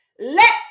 Let